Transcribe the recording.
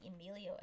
Emilio